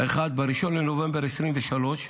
האחד, ב-1 בנובמבר 2023,